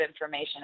information